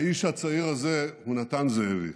האיש הצעיר הזה הוא נתן זאבי,